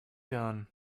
done